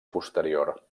posterior